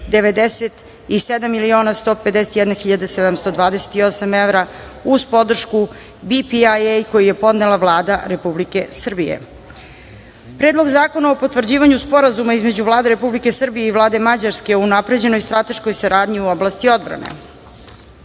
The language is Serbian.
97.151.728,00 evra uz podršku BPIAE, koji je podnela Vlada Republike Srbije;17. Predlog zakona o potvrđivanju Sporazuma između Vlade Republike Srbije i Vlade Mađarske o unapređenoj strateškoj saradnji u oblasti odbrane,